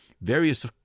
Various